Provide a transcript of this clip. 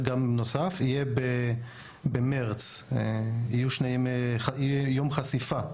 במרץ יהיה יום חשיפה,